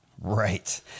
Right